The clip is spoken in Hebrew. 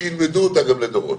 שילמדו אותה גם לדורות.